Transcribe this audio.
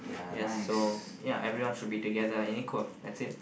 yes so ya everyone should be together and equal that's it